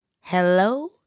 Hello